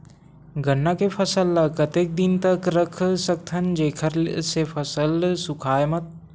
गन्ना के फसल ल कतेक दिन तक रख सकथव जेखर से फसल सूखाय मत?